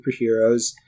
superheroes